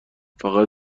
فقط